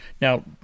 Now